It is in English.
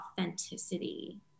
authenticity